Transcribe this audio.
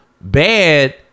bad